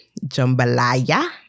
jambalaya